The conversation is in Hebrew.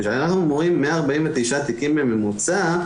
כשאנחנו אומרים 149 תיקים בממוצע,